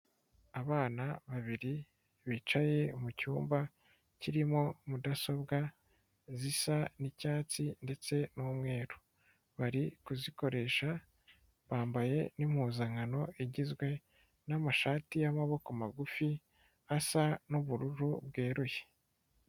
Abana babiri bicaye mu cyumba kirimo mudasobwa zisa n'icyatsi ndetse n'umweru. Bari kuzikoresha, bambaye n'impuzankano igizwe n'amashati y'amaboko magufi asa n'ubururu bweruye.